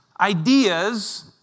ideas